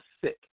sick